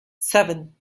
seven